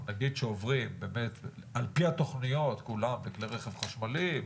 אבל נגיד שעוברים באמת על פי התכניות כולם לכלי רכב חשמליים,